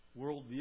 worldview